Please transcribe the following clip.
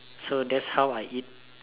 so that's how I eat